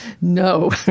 no